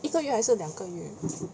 一个月还是两个月